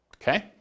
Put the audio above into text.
Okay